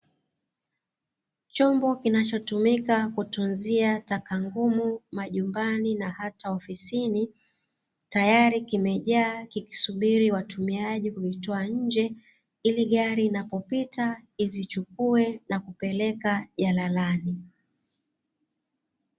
Chombo kinachotumika kutunzia taka ngumu majumbani na hata ofisini, tayari kimejaa kikisubiri watumiaji kukitoa nje ili gari inapopita izichukue na kupeleka jalalani.